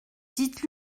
dites